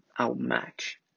outmatch